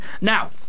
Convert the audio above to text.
Now